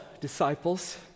disciples